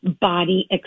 body